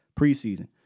preseason